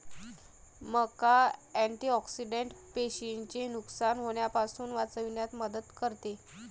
मका अँटिऑक्सिडेंट पेशींचे नुकसान होण्यापासून वाचविण्यात मदत करते